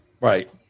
Right